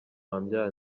wambyaye